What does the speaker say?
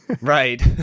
Right